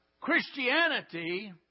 Christianity